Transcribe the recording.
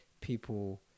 people